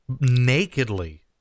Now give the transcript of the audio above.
nakedly